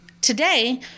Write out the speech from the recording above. today